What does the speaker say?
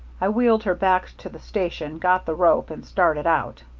i wheeled her back to the station, got the rope, and started out.